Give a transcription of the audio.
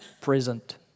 present